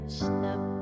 step